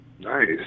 Nice